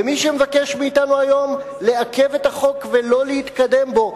ומי שמבקש מאתנו היום לעכב את החוק ולא להתקדם בו,